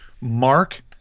Mark